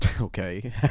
okay